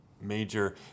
major